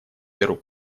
беру